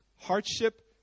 hardship